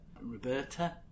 Roberta